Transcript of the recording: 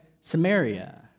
Samaria